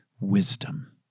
wisdom